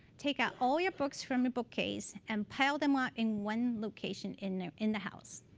take out all your books from your bookcase and pile them up in one location in in the house.